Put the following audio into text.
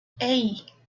hey